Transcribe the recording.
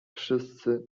wszyscy